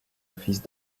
office